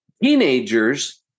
teenagers